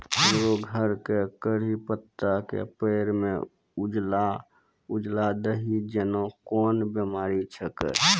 हमरो घर के कढ़ी पत्ता के पेड़ म उजला उजला दही जेना कोन बिमारी छेकै?